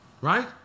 right